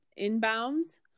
inbounds